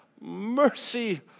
mercy